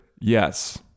Yes